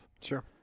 Sure